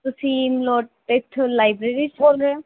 ਤੁਸੀਂ ਮਲੋਟ ਇੱਥੋਂ ਲਾਈਬਰੇਰੀ 'ਚ ਬੋਲ ਰਹੇ ਹੋ